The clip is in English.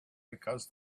because